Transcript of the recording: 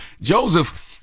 Joseph